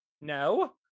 No